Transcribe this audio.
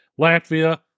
Latvia